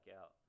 out